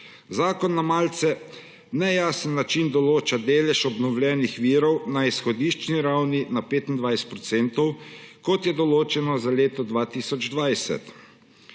Zakon na malce nejasen način določa delež obnovljivih virov na izhodiščni ravni na 25 %, kot je določeno za leto 2020.